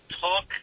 talk